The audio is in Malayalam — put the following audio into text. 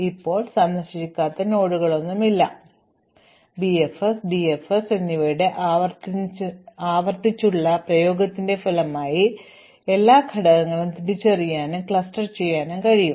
ഇപ്പോൾ കൂടുതൽ സന്ദർശിക്കാത്ത നോഡുകളൊന്നുമില്ല അതിനാൽ BFS DFS എന്നിവയുടെ ആവർത്തിച്ചുള്ള പ്രയോഗത്തിന്റെ ഫലമായി ഞങ്ങൾക്ക് അവിടെ നിർത്താനും അവിടെ എല്ലാ ഘടകങ്ങളും തിരിച്ചറിയാനും ക്ലസ്റ്റർ ചെയ്യാനും കഴിയും